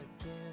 again